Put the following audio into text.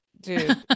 dude